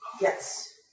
Yes